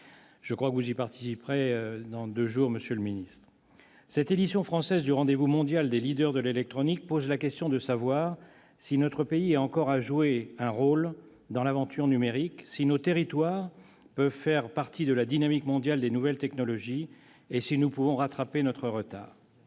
Je crois que vous y participerez dans deux jours, monsieur le secrétaire d'État. Cette édition française du rendez-vous mondial des leaders de l'électronique pose la question de savoir si notre pays a encore un rôle à jouer dans l'aventure numérique, si nos territoires peuvent faire partie de la dynamique mondiale des nouvelles technologies et si nous pouvons rattraper notre retard.